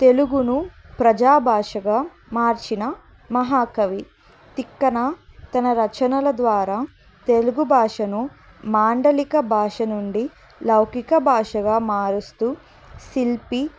తెలుగును ప్రజా భాషగా మార్చిన మహాకవి తిక్కన తన రచనల ద్వారా తెలుగు భాషను మాండలిక భాష నుండి లౌకిిక భాషగా మారుస్తూ శిల్పి